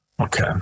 Okay